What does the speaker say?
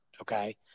okay